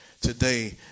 today